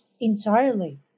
entirely